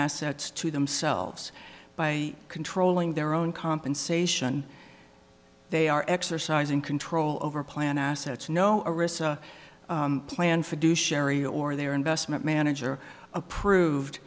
assets to themselves by controlling their own compensation they are exercising control over plan assets no arista plan for do sherry or their investment manager approved